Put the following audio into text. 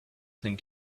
think